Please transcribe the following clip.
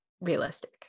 realistic